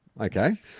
okay